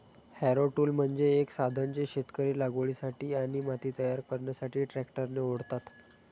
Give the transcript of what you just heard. Harrow tool म्हणजे एक साधन जे शेतकरी लागवडीसाठी आणि माती तयार करण्यासाठी ट्रॅक्टरने ओढतात